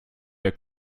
der